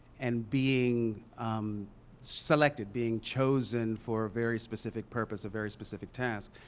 and being selected being chosen for a very specific purpose, a very specific task.